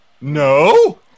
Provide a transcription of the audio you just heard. no